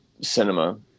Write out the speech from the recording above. cinema